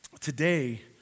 today